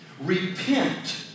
repent